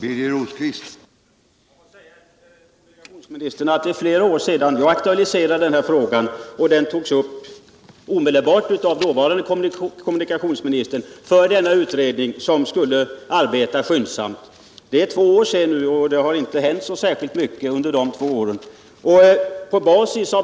Herr talman! Låt mig säga till kommunikationsministern att det är flera år sedan jag aktualiserade den här frågan, och den togs upp omedelbart av dåvarande kommunikationsministern som tillsatte denna utredning som skulle arbeta skyndsamt. Det är två år sedan nu, och det har inte hänt särskilt mycket under de två åren.